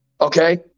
Okay